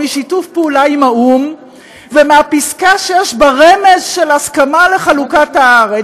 לשיתוף פעולה עם האו"ם ומהפסקה שיש בה רמז של הסכמה לחלוקת הארץ.